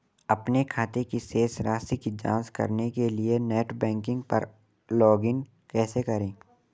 अपने खाते की शेष राशि की जांच करने के लिए नेट बैंकिंग पर लॉगइन कैसे करें?